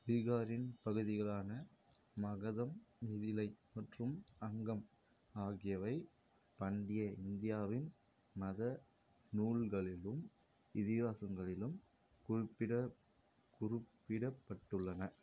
பீகாரின் பகுதிகளான மகதம் மிதிலை மற்றும் அங்கம் ஆகியவை பண்டைய இந்தியாவின் மத நூல்களிலும் இதிகாசங்களிலும் குறிப்பிட குறிப்பிடப்பட்டுள்ளன